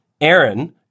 Aaron